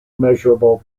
measurable